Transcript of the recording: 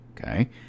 Okay